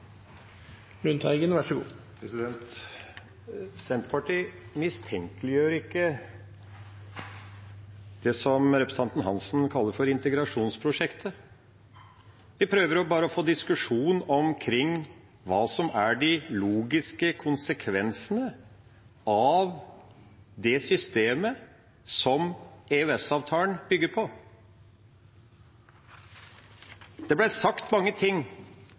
Hansen kaller for integrasjonsprosjektet. Vi prøver bare å få en diskusjon omkring hva som er de logiske konsekvensene av det systemet som EØS-avtalen bygger på. Det ble sagt mange ting